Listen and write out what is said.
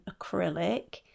acrylic